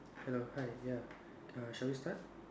hello hi ya err shall we start